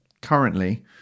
currently